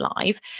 live